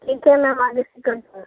ٹھیک ہے میم آگے سے